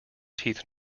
teeth